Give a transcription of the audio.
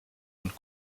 und